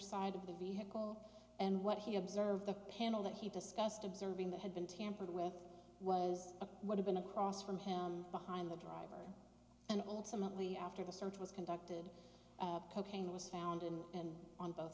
side of the vehicle and what he observed the panel that he discussed observing that had been tampered with was would have been across from him behind the driver and old some of the after the search was conducted cocaine was found in and on both